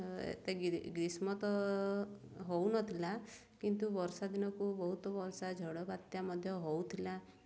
ଏତେ ଗ୍ରୀଷ୍ମ ତ ହେଉନଥିଲା କିନ୍ତୁ ବର୍ଷା ଦିନକୁ ବହୁତ ବର୍ଷା ଝଡ଼ ବାତ୍ୟା ମଧ୍ୟ ହେଉଥିଲା